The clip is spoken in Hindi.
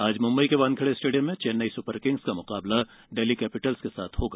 आज मुम्बई के वानखेड़े स्टेडियम में चेन्नई सुपर किंग्स का मुकाबला डेल्ही कैपिटल्स से होगा